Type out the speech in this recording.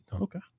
Okay